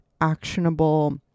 actionable